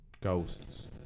Ghosts